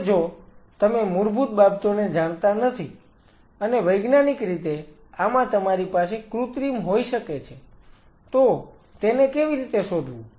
હવે જો તમે મૂળભૂત બાબતોને જાણતા નથી અને વૈજ્ઞાનિક રીતે આમાં તમારી પાસે કૃત્રિમ હોઈ શકે છે તો તેને કેવી રીતે શોધવું